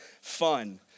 fun